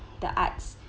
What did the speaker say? the arts